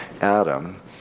Adam